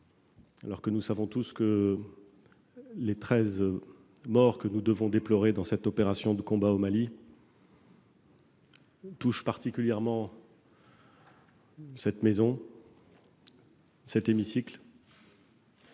alors que nous savons tous que les treize morts que nous devons déplorer dans cette opération de combat au Mali touchent particulièrement cette maison, cet hémicycle,